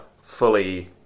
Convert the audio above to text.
fully